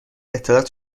اطلاعات